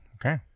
okay